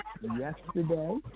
yesterday